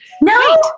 No